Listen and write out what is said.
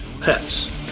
pets